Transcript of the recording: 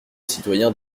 citoyen